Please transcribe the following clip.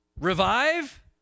revive